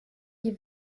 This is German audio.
die